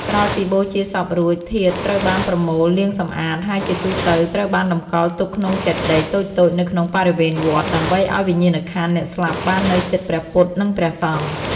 ក្រោយពីបូជាសពរួច ធាតុត្រូវបានប្រមូល លាងសម្អាត ហើយជាទូទៅត្រូវបានតម្កល់ទុកក្នុងចេតិយតូចៗនៅក្នុងបរិវេណវត្ត ដើម្បីឱ្យវិញ្ញាណក្ខន្ធអ្នកស្លាប់បាននៅជិតព្រះពុទ្ធ និងព្រះសង្ឃ។